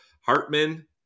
Hartman